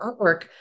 artwork